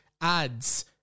ads